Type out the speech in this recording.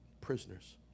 prisoners